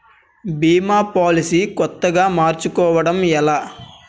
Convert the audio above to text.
భీమా policy కొత్తగా మార్చుకోవడం ఎలా?